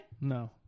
no